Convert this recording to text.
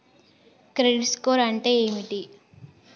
Credit score అంటే ఏమిటి?